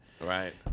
Right